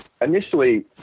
initially